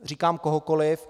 Říkám kohokoliv.